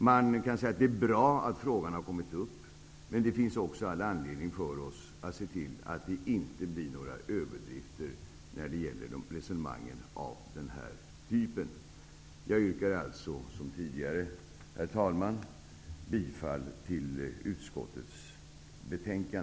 Man kan säga att det är bra att frågan har kommit upp, men det finns också all anledning för oss att se till att det inte blir några överdrifter när det gäller resonemang av den här typen. Jag yrkar alltså, herr talman, bifall till utskottets hemställan.